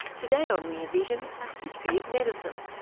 today on rear vision, a history of medicine,